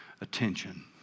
Attention